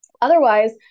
otherwise